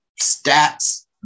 stats